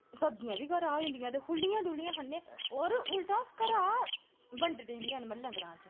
सब्ज़ियां बी घरा होई जंदियां ते खु'ल्लियां डु'ल्लियां खन्नें होर उलटा घरा बंडने बी हैन म्ह्ल्लै ग्रांऽ च